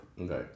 Okay